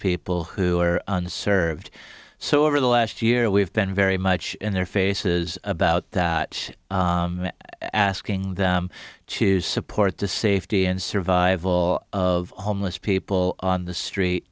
people who are unserved so over the last year we've been very much in their faces about that asking them to support the safety and survival of homeless people on the street